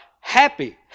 Happy